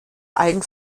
allen